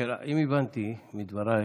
אם הבנתי את דברייך,